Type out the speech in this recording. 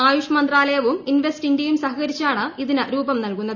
ആയുഷ് മന്ത്രാലയവും ഇൻവെസ്റ്റ് ഇന്ത്യയും സഹകരിച്ചാണ് ഇതിന് രൂപം നൽകുന്നത്